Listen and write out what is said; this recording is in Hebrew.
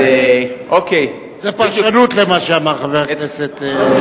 זו פרשנות למה שאמר חבר הכנסת.